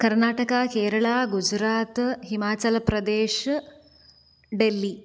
कर्णाटकः केरला गुजरात् हिमाचलप्रदेशः डेल्लि